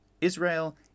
Israel